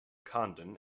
condon